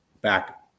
back